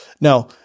Now